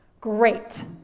Great